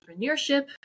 entrepreneurship